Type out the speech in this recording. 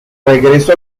regreso